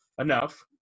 enough